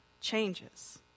changes